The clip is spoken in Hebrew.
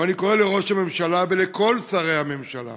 אבל אני קורא לראש הממשלה ולכל שרי הממשלה